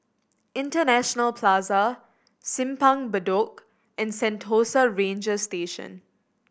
International Plaza Simpang Bedok and Sentosa Ranger Station